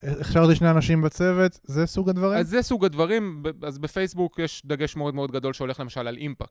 הכשרתי שני אנשים בצוות, זה סוג הדברים? אז זה סוג הדברים, אז בפייסבוק יש דגש מאוד מאוד גדול שהולך למשל על אימפקט.